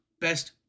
best